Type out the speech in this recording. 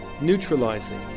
neutralizing